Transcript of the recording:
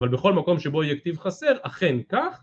אבל בכל מקום שבו יהיה כתיב חסר, אכן קח